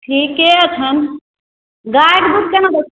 ठीके छनि गायके दूध केना दै